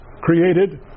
created